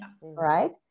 right